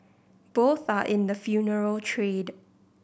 both are in the funeral trade